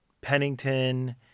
Pennington